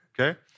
okay